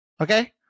Okay